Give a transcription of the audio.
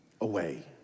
away